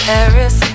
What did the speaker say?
Paris